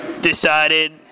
decided